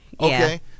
Okay